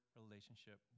relationship